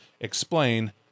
explain